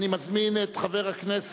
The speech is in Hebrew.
אני קובע שהצעת החוק